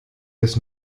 des